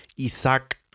Isaac